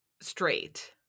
straight